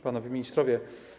Panowie Ministrowie!